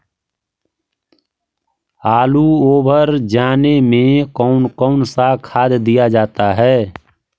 आलू ओवर जाने में कौन कौन सा खाद दिया जाता है?